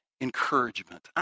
encouragement